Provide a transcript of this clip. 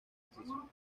ejercicio